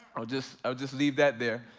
i'll just i'll just leave that there.